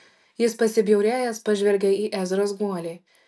jis pasibjaurėjęs pažvelgė į ezros guolį